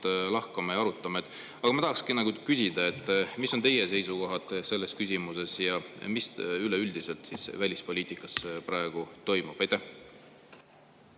lahkama ja arutama. Ma tahakski küsida, mis on teie seisukohad selles küsimuses ja mis üleüldiselt välispoliitikas praegu toimub. Aitäh!